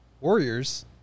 Warriors